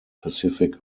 pacific